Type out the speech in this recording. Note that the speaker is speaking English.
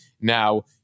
now